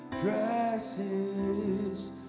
dresses